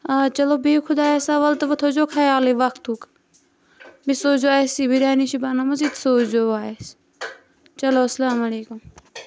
آ چلو بِہِو خۄدایس حَوال تہٕ وۄنۍ تھٲیِزیٚو خَیالٕے وَقتُک بیٚیہِ سوٗزِ زیٚو اسہِ یہِ بِریانی چھِ بَنٲمٕژ یِتہِ سوٗز زیٚو وۄنۍ اَسہِ چلو السلامُ علیکُم